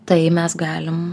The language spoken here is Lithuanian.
tai mes galim